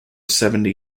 seventy